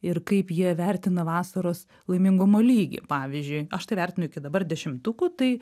ir kaip jie vertina vasaros laimingumo lygį pavyzdžiui aš tai vertinu iki dabar dešimtuku tai